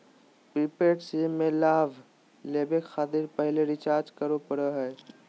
prepaid SIM में लाभ लेबे खातिर पहले रिचार्ज करे पड़ो हइ